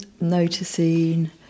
noticing